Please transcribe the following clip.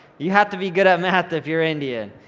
you have to be good at math if you're indian.